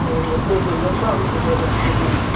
ऑ auto तो लम्बा route हो जाता है पूर्णिया